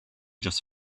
just